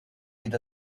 with